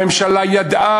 הממשלה ידעה,